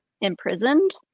imprisoned